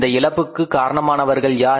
இந்த இழப்புக்கு காரணமானவர்கள் யார்